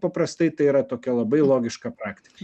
paprastai tai yra tokia labai logiška praktika